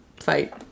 fight